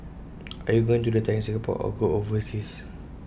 are you going to retire in Singapore or go overseas